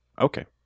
Okay